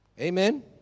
Amen